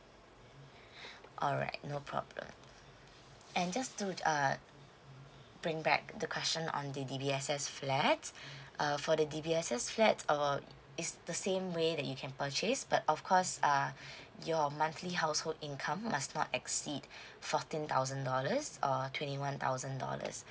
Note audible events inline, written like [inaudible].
[breath] alright no problem and just to err bring back the question on the D_B_S_S flat err for the D_B_S_S flats err is the same way you can purchase but of course ah your monthly household income must not exceed fourteen thousand dollars or twenty one thousand dollars